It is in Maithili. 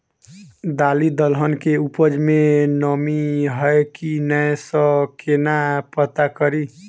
दालि दलहन केँ उपज मे नमी हय की नै सँ केना पत्ता कड़ी?